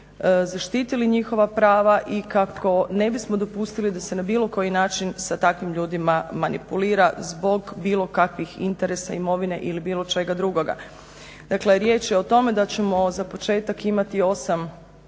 zaštitili njihova prava i kako ne bismo dopustili da se na bilo koji način sa takvim ljudima manipulira zbog bilo kakvih interesa imovine ili bilo čega drugoga. Dakle, riječ je o tome da ćemo za početak imati 8